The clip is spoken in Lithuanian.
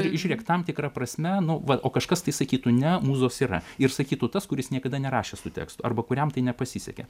žiūrėk tam tikra prasme nu va o kažkas tai sakytų ne mūzos yra ir sakytų tas kuris niekada nerašėęs tų tekstų arba kuriam tai nepasisekė